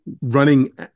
running